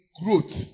growth